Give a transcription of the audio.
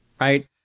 right